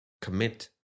commit